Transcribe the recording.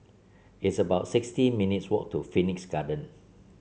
it's about sixty minutes' walk to Phoenix Garden